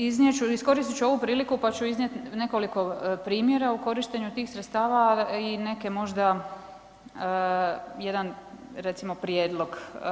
Iznijet ću, iskoristiti ću ovu priliku pa ću iznijeti nekoliko primjera u korištenju tih sredstava i neke možda, jedan recimo prijedlog.